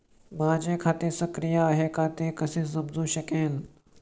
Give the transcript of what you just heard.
माझे खाते सक्रिय आहे का ते कसे समजू शकेल?